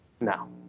No